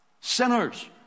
sinners